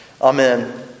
Amen